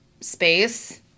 space